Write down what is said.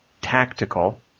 tactical